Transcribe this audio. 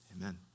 amen